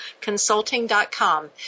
consulting.com